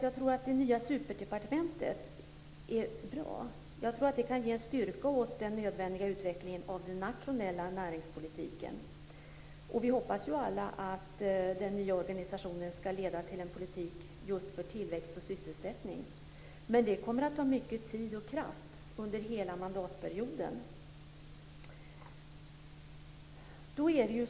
Jag tror att det nya superdepartementet är bra. Jag tror att det kan ge en styrka åt den nödvändiga utvecklingen av den nationella näringspolitiken. Vi hoppas alla att den nya organisationen skall leda till en politik just för tillväxt och sysselsättning. Men det kommer att ta mycket tid och kraft under hela mandatperioden.